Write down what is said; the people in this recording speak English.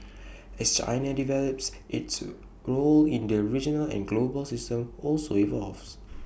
as China develops its role in the regional and global system also evolves